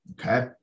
okay